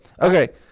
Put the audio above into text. okay